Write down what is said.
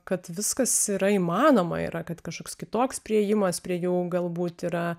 kad viskas yra įmanoma yra kad kažkoks kitoks priėjimas prie jų galbūt yra